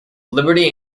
liberty